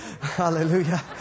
Hallelujah